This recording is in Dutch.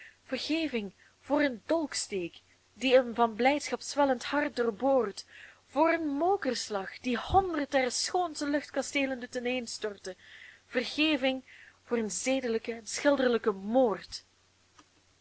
vergeving voor een dolksteek die een van blijdschap zwellend hart doorboort voor een mokerslag die honderd der schoonste luchtkasteelen doet ineenstorten vergeving voor een zedelijken en schilderlijken moord